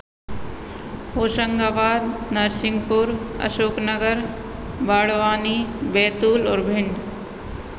होशंगाबाद नरसिंहपुर अशोक नगर बाड़वानी बेतुल और भिंड